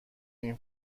این